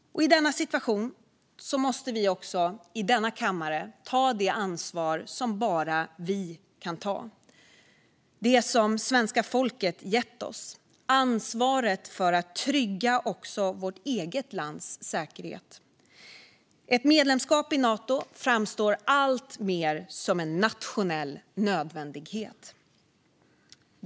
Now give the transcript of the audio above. I denna situation måste vi också i denna kammare ta det ansvar som bara vi kan ta, det som svenska folket har gett oss - ansvaret för att trygga också vårt eget lands säkerhet. Ett medlemskap i Nato framstår alltmer som en nationell nödvändighet.